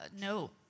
no